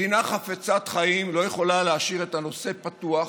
מדינה חפצת חיים לא יכולה להשאיר את הנושא פתוח,